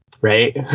right